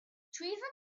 treason